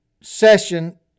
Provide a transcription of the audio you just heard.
session